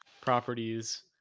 properties